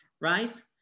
right